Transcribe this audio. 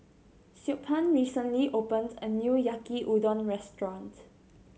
Siobhan recently opened a new Yaki Udon Restaurant